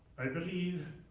i believe,